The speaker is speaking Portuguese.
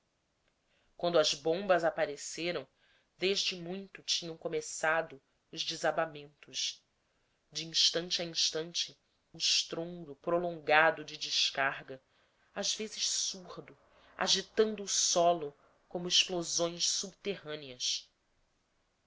quando as bombas apareceram desde muito tinham começado os desabamentos de instante a instante um estrondo prolongado de descarga às vezes surdo agitando o solo como explosões subterrâneas